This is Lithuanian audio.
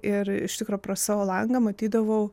ir iš tikro pro savo langą matydavau